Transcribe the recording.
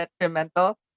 detrimental